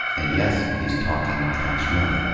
and yes, he's talking cash money.